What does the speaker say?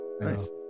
Nice